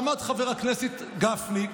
עמד חבר הכנסת גפני,